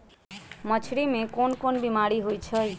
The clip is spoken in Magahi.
मछरी मे कोन कोन बीमारी होई छई